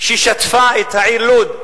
ששטפה את העיר לוד,